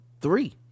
three